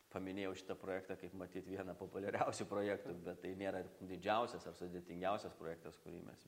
paminėjau šitą projektą kaip matyt viena populiariausių projektų bet tai nėra didžiausias ar sudėtingiausias projektas kurį mes vy